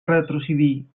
retrocedir